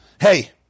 Hey